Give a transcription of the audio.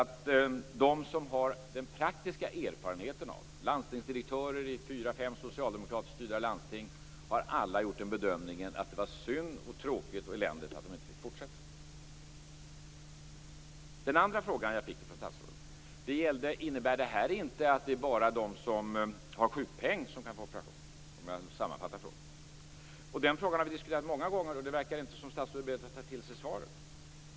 Alla de som har den praktiska erfarenheten av detta - landstingsdirektörer i fyra fem socialdemokratiskt styrda landsting - har gjort bedömningen att det var synd, tråkigt och eländigt att de inte fick fortsätta. Den andra frågan som jag fick av statsrådet löd sammanfattningsvis: Innebär det här inte att det bara är de som har sjukpenning som kan få operation? Den frågan har vi diskuterat många gånger, och det verkar inte som om statsrådet är beredd att ta till sig svaret.